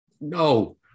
No